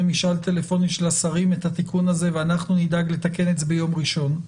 משאל טלפוני של השרים את התיקון הזה ואנחנו נדאג לתקן את זה ביום ראשון,